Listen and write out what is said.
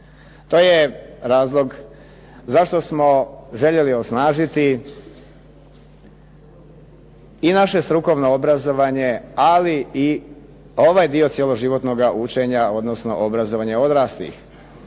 To je razlog zašto smo željeli osnažiti i naše strukovno obrazovanje, ali i ovaj dio cjeloživotnoga učenja odnosno obrazovanja odraslih.